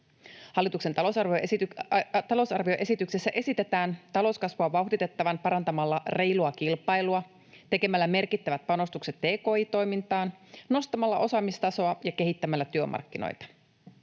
Hallituksen talousarvioesityksessä esitetään talouskasvua vauhditettavan parantamalla reilua kilpailua, tekemällä merkittävät panostukset tki-toimintaan, nostamalla osaamistasoa ja kehittämällä työmarkkinoita.